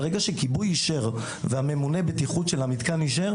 אם הכיבוי אישר והממונה בטיחות של המתקן אישר,